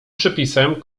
przepisem